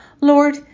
Lord